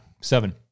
seven